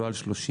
לא על 30,